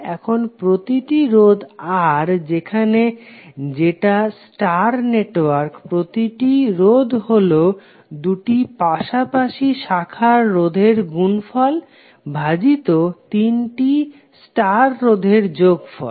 এখন প্রতিটি রোধ R যেখানে যেটা স্টার নেটওয়ার্ক প্রতিটি রোধ হলো দুটি পাশাপাশি শাখার রোধের গুনফল ভাজিত তিনটি স্টার রোধের যোগফল